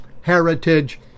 heritage